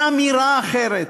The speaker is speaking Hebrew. לאמירה אחרת,